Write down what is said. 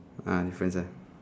uh difference ah